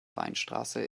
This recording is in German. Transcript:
weinstraße